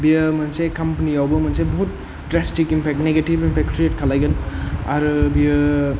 बेयो मोनसे कम्पानियावबो मोनसे बहुद drastic impact negative impact create खालायगोन आरो बेयो